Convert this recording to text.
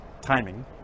timing